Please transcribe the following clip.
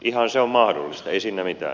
ihan se on mahdollista ei siinä mitään